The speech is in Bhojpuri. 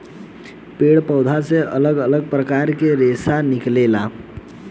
पेड़ पौधा से अलग अलग प्रकार के रेशा निकलेला